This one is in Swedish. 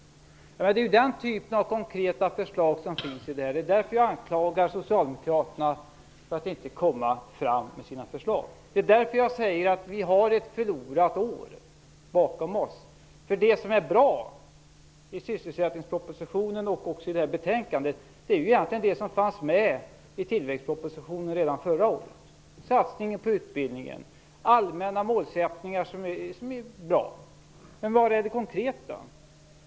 Det är den typen av konkreta förslag som läggs fram. Det är därför som jag anklagar Socialdemokraterna för att inte komma fram med sina förslag. Det är därför som jag säger att vi har ett förlorat år bakom oss. Det som är bra i sysselsättningspropositionen och i det här betänkandet är det som fanns med i tillväxtpropositionen redan förra året - satsningen på utbildning och allmänna målsättningar som är bra. Men var är det konkreta?